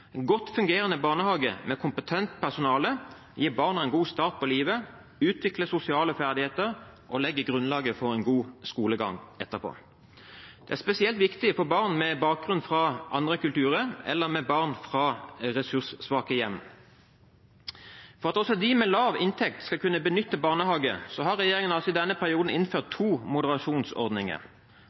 En godt fungerende barnehage med kompetent personale gir barna en god start på livet, utvikler deres sosiale ferdigheter og legger grunnlaget for en god skolegang etterpå. Det er spesielt viktig for barn med bakgrunn fra andre kulturer eller barn fra ressurssvake hjem. For at også de med lav inntekt skal kunne benytte barnehage, har regjeringen i denne perioden innført to moderasjonsordninger